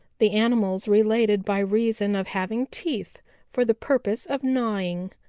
the animals related by reason of having teeth for the purpose of gnawing.